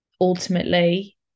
ultimately